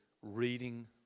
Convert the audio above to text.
reading